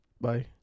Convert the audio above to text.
bye